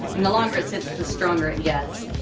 the longer it sits, the stronger it gets.